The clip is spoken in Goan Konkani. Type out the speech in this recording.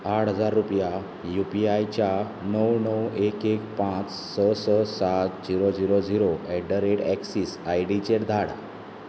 आठ हजार रुपया यू पी आय च्या णव णव एक एक पांच स स सात zero zero zero eight the rate Axis I D चेर धाड